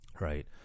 right